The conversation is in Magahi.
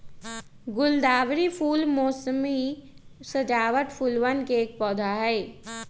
गुलदावरी फूल मोसमी सजावट फूलवन के एक पौधा हई